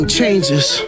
changes